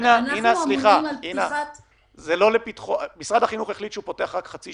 משרד החינוך לא החליט על מספר